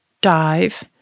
dive